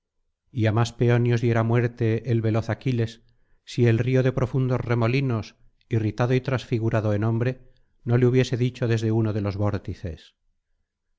y á más peonios diera muerte el veloz aquiles si el río de profundos remolinos irritado y transfigurado en hombre no le hubiese dicho desde uno de los